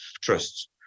trust